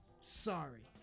Sorry